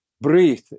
breathe